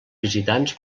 visitants